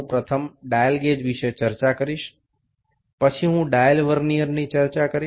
প্রথমে আমি dial gauge নিয়ে আলোচনা করব এবং তারপরে আমি ডায়াল ভার্নিয়ার নিয়ে আলোচনা করব